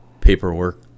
paperwork